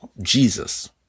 Jesus